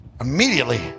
Immediately